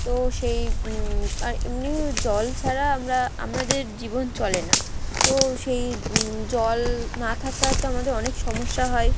তো সেই আর এমনিও জল ছাড়া আমরা আমাদের জীবন চলে না তো সেই জল না থাকায় তো আমাদের অনেক সমস্যা হয়